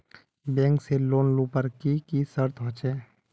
Bank से loan लुबार की की शर्त होचए?